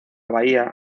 bahía